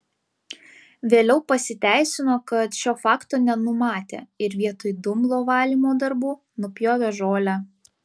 vėliau pasiteisino kad šio fakto nenumatė ir vietoj dumblo valymo darbų nupjovė žolę